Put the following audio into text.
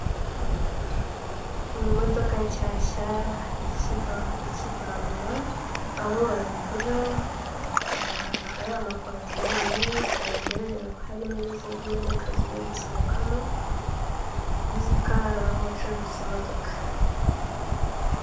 Ni imodoka nshyashya ikivanwa aho bazigura, iri ahantu hari ama kotineri bigaragara ko harimo n'izindi modoka ziri gusohokamo bivuze ko hari aho bacururiza imodoka.